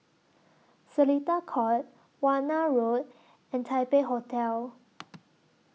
Seletar Court Warna Road and Taipei Hotel